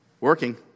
working